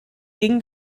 ging